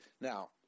Now